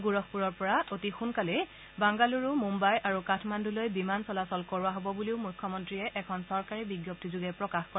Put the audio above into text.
গোৰখপুৰৰ পৰা অতি সোনকালেই বাংগালৰু মুন্নই আৰু কাঠমাণ্ডলৈ বিমান চলাচল কৰোৱা হ'ব বুলি মুখ্যমন্ত্ৰীয়ে এখন চৰকাৰী বিজ্ঞপ্তিযোগে প্ৰকাশ কৰে